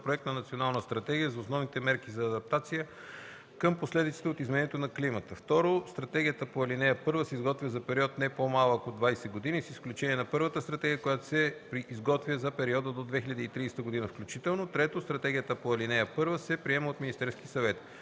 проект на национална стратегия за основните мерки за адаптация към последиците от изменението на климата. (2) Стратегията по ал. 1 се изготвя за период, не по-малък от 20 години, с изключение на първата стратегия, която се изготвя за периода до 2030 г. включително. (3) Стратегията по ал. 1 се приема от Министерския съвет.”